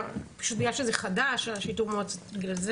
פשוט בגלל שזה חדש השיטור מועצתי בגלל זה